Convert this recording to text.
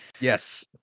Yes